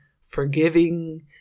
forgiving